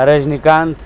Rajnikant